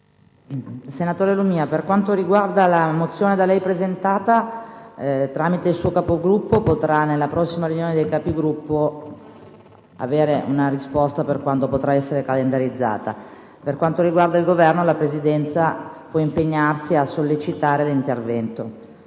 Senatore Lumia, per quanto riguarda la mozione da lei presentata, tramite il suo Capogruppo, lei potrà, nella prossima riunione dei Capigruppo, ricevere una risposta relativamente a quando essa potrà essere calendarizzata. Per quanto riguarda il Governo, la Presidenza può impegnarsi a sollecitare l'intervento.